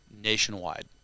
nationwide